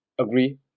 Agree